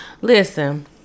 Listen